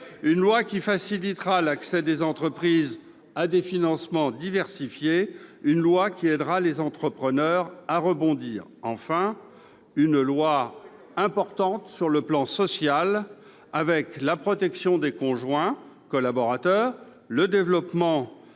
Cette loi facilitera l'accès des entreprises à des financements diversifiés. Cette loi aidera les entrepreneurs à rebondir. Enfin, cette loi est importante sur le plan social avec, par exemple, la protection des conjoints collaborateurs, le développement